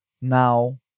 now